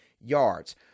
yards